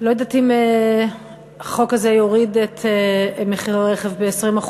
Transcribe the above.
לא יודעת אם החוק הזה יוריד את מחיר הרכב ב-20%,